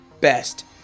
best